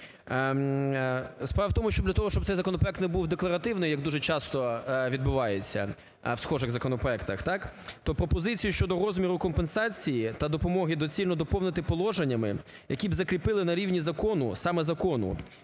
Справа в тому, що для того, щоб цей законопроект не був декларативний, як дуже часто відбувається в схожих законопроектах, то пропозицію щодо розміру компенсації та допомоги доцільно доповнити положеннями, які б закріпили на рівні закону, саме закону,